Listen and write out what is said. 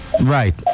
Right